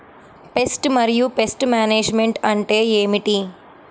Pest మరియు pest management అంటే ఏమిటి?